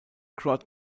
crowd